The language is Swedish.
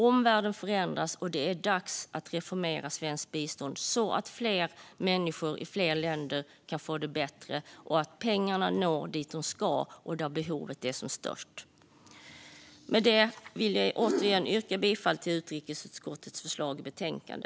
Omvärlden förändras, och det är dags att reformera svenskt bistånd så att fler människor i fler länder kan få det bättre och så att pengarna når dit de ska och där behoven är som störst. Därmed vill jag återigen yrka bifall till förslaget i utrikesutskottets betänkande.